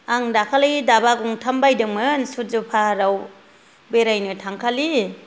आं दाखालै दाबा गंथाम बायदोंमोन सुर्ज' पाहाराव बेरायनो थांखालि